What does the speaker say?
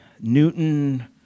Newton